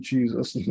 Jesus